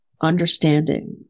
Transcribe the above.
understanding